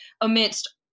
amidst